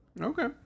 Okay